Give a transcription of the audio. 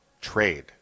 trade